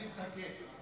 אני מחכה.